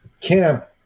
camp